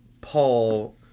Paul